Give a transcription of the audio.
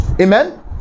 Amen